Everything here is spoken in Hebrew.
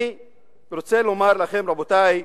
אני רוצה לומר לכם, רבותי,